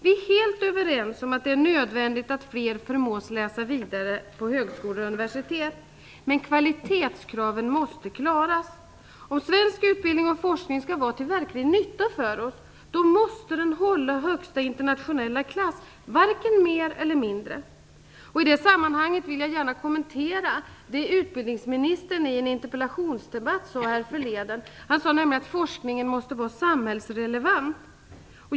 Vi är helt överens om att det är nödvändigt att fler förmås läsa vidare på högskolor och universitet, men kvalitetskraven måste klaras. Om svensk utbildning och forskning skall vara till verklig nytta för oss måste de hålla högsta internationella klass - varken mer eller mindre. I det sammanhanget vill jag gärna kommentera det utbildningsministern i en interpellationsdebatt sade härförleden. Han sade nämligen att forskningen måste vara samhällsrelevant.